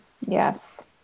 Yes